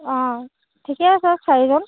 অঁ ঠিকে আছে চাৰিজন